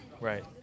Right